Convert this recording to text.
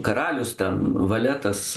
karalius ten valetas